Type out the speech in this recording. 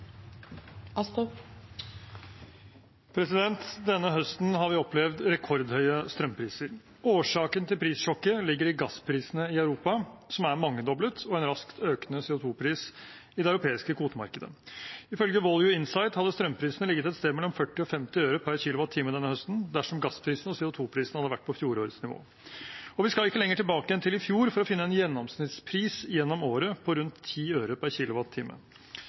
Denne høsten har vi opplevd rekordhøye strømpriser. Årsaken til prissjokket ligger i gassprisene i Europa, som er mangedoblet, og en raskt økende CO 2 -pris i det europeiske kvotemarkedet. Ifølge Volue Insight hadde strømprisene ligget et sted mellom 40 og 50 øre per kilowattime denne høsten dersom gassprisene og CO 2 -prisen hadde vært på fjorårets nivå. Vi skal ikke lenger tilbake enn til i fjor for å finne en gjennomsnittspris gjennom året på rundt 10 øre per kilowattime.